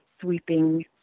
sweeping